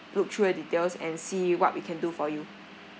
look through the details and see what we can do for you